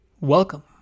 Welcome